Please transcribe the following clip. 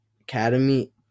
Academy